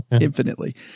Infinitely